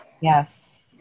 Yes